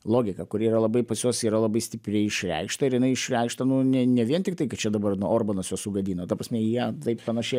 logika kuri yra labai pas juos yra labai stipriai išreikšta ir jinai išreikšta nu ne ne vien tiktai čia dabar nu orbanas juos sugadino ta prasme jie taip panašiai